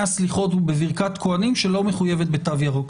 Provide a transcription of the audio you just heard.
הסליחות ובברכת כוהנים שלא מחויבת בתו ירוק.